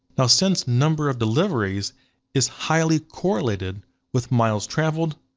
now since number of deliveries is highly correlated with miles traveled,